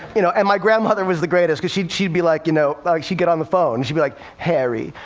you know, and my grandmother was the greatest. because she'd she'd be like, you know like she'd get on the phone. she'd be like, harry,